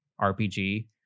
rpg